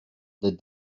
that